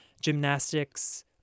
gymnastics